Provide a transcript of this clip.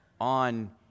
on